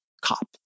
cop